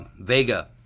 Vega